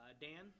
Dan